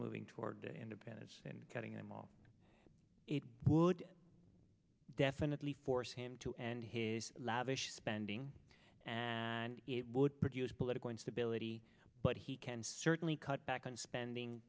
moving toward independence and cutting them all it would definitely force him to end his lavish spending and it would produce political instability but he can certainly cut back on spending